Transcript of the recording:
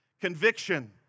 Conviction